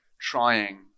trying